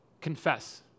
Confess